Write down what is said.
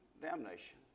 damnation